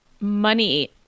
money